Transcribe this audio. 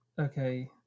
okay